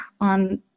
on